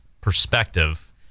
perspective